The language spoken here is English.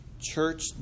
church